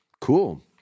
Cool